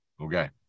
okay